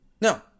No